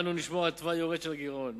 אנו נשמור על תוואי יורד של הגירעון.